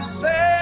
say